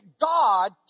God